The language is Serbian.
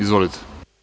Izvolite.